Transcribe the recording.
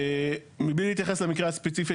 מבלי להתייחס למקרה הספציפי,